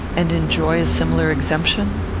and enjoy a similar exemption?